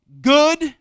good